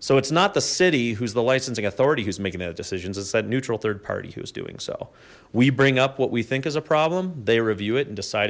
so it's not the city who's the licensing authority who's making the decisions it's that neutral third party who is doing so we bring up what we think is a problem they review it and decide